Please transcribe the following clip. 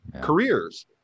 careers